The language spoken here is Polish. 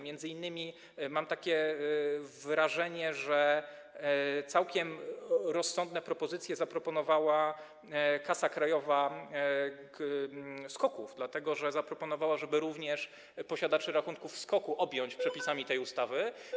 Między innymi, mam takie wrażenie, całkiem rozsądne propozycje przedstawiła Kasa Krajowa SKOK-ów, która zaproponowała, żeby również posiadaczy rachunków SKOK-ów objąć przepisami tej ustawy.